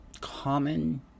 common